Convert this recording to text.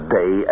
day